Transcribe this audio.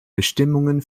bestimmungen